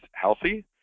healthy